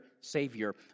savior